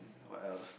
what else